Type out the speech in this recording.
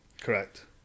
Correct